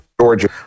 Georgia